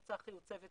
שצח"י הוא צוות